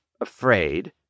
afraid